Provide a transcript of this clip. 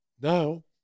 now